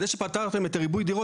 אז זה שפתרתם את ריבוי הדירות,